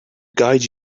guide